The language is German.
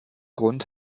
grund